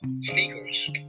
sneakers